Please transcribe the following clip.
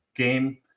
game